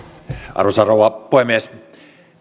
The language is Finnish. arvoisa rouva puhemies